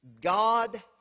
God